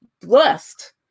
blessed